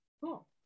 Cool